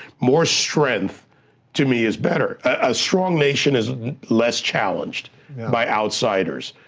more strength to me is better. a strong nation is less challenged by outsiders.